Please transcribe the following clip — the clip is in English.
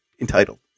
entitled